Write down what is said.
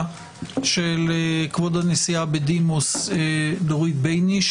של כבוד הנשיאה בדימוס דורית בייניש,